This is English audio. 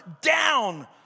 down